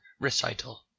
recital